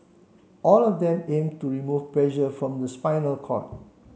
all of them aim to remove pressure from the spinal cord